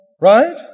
Right